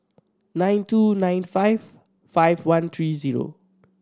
nine two nine five five one three zero